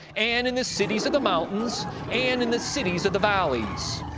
and in the cities of the mountains, and in the cities of the valleys,